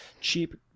cheap